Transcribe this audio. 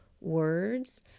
words